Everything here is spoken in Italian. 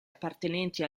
appartenenti